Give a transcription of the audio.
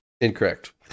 Incorrect